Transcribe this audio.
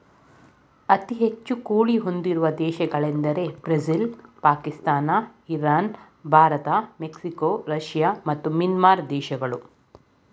ಅತಿ ಹೆಚ್ಚು ಕೋಳಿ ಹೊಂದಿರುವ ದೇಶಗಳೆಂದರೆ Brazil Pakistan Iran Bharat Mexico Russia ಮತ್ತು ಮ್ಯಾನ್ಮಾರ್ ದೇಶಗಳು